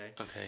Okay